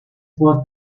what